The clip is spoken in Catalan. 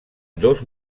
dos